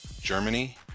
germany